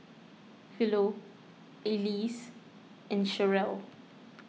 Philo Elise and Cherelle